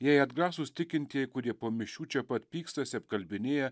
jei atgrasūs tikintieji kurie po mišių čia pat pykstasi apkalbinėja